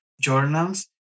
journals